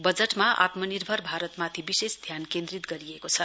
बजटमा आत्मनिर्भर भारतमाथि विशेष ध्यान केन्द्रित गरिएको छ